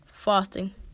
fasting